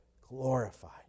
glorified